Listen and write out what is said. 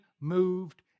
moved